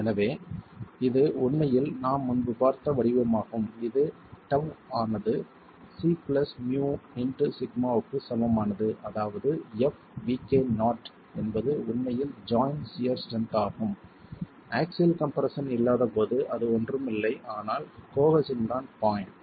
எனவே இது உண்மையில் நாம் முன்பு பார்த்த வடிவமாகும் இது டவ் ஆனது C பிளஸ் mu இன்டு சிக்மாவுக்குச் சமமானது அதாவது fvk0 நாட் என்பது உண்மையில் ஜாய்ண்ட் சியர் ஸ்ட்ரென்த் ஆகும் ஆக்ஸில் கம்ப்ரெஸ்ஸன் இல்லாத போது அது ஒன்றும் இல்லை ஆனால் கோஹெஸின் தான் பாண்ட்